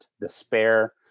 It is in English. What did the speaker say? despair